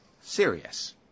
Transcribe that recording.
serious